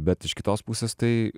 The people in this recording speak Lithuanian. bet iš kitos pusės tai